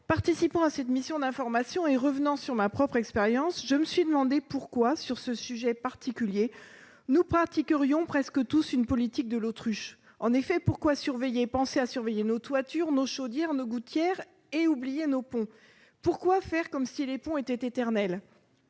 Participant à cette mission d'information et revenant sur ma propre expérience, je me suis demandé pourquoi, sur ce sujet particulier, nous pratiquions presque tous la politique de l'autruche. En effet, pourquoi pensons-nous à surveiller nos toitures, nos chaudières, nos gouttières, et oublions-nous nos ponts ? Pourquoi faisons-nous comme si les ponts étaient éternels ?